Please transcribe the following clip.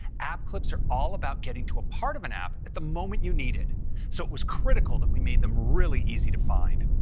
app clips are all about getting to a part of an app at the moment you need it, so it was critical that we made them really easy to find.